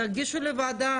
תגישו לוועדה,